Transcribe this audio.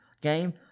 game